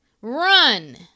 Run